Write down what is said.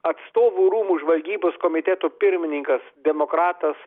atstovų rūmų žvalgybos komiteto pirmininkas demokratas